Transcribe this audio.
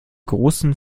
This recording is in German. großen